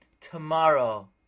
Tomorrow